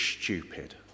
stupid